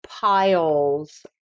piles